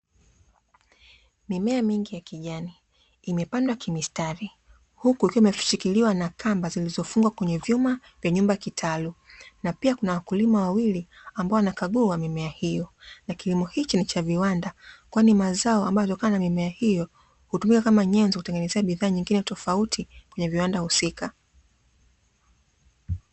Mimea mingi ya kijani iliyopangwa kimistari huku ikiwa imeshikiliwa na kamba na zilizofugwa kwenye vyuma na nyuma kitalu, na pia kuna wakulia wawili ambao wanakagua mimea hiyo na kilimo hiki ni cha viwanda kwani mazao ya mimea hiyo hutumika kama njenzo kutengenezea bidhaa tofauti kwenye viwanda husika.